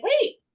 wait